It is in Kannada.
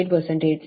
48